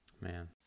man